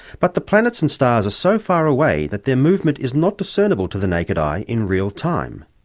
but the planets and stars are so far away that their movement is not discernible to the naked eye in real time,